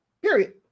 Period